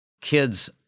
kids